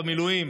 במילואים.